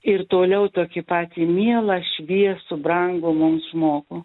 ir toliau tokį patį mielą šviesų brangų mums žmogų